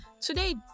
today